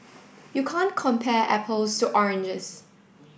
you can't compare apples to oranges